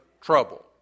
trouble